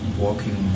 walking